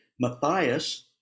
Matthias